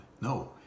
No